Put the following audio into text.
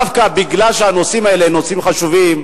שדווקא מפני שהנושאים האלה הם נושאים חשובים,